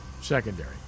secondary